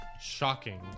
shocking